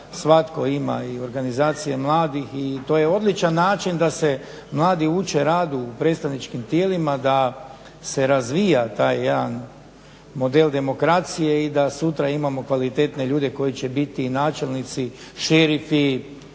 svatko ima i organizacije mladih i to je odličan način da se mladi uče radu u predstavničkim tijelima, da se razvija taj jedan model demokracije i da sutra imamo kvalitetne ljude koji će biti načelnici, šerifi,